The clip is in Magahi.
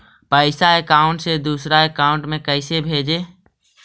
पैसा अकाउंट से दूसरा अकाउंट में कैसे भेजे?